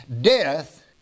Death